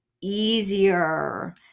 easier